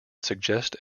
suggest